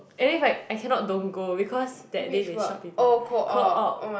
and then like I cannot don't go because that day they short of people co-op